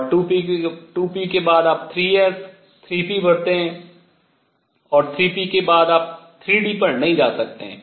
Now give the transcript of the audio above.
और 2 p के बाद आप 3 s 3 p भरते हैं और 3 p के बाद आप 3 d पर नहीं जा सकते हैं